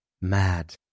Mad